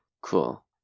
Cool